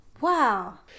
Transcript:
Wow